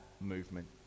movement